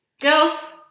Girls